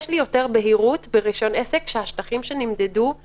יש לי יותר בהירות ברישיון עסק שהשטחים שנמדדו נמדדו כמו שצריך.